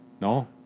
no